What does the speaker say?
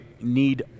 need